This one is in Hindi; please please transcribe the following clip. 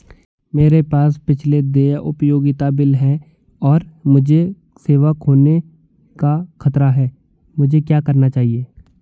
मेरे पास पिछले देय उपयोगिता बिल हैं और मुझे सेवा खोने का खतरा है मुझे क्या करना चाहिए?